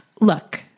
Look